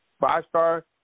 Five-star